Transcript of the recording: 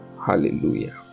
Hallelujah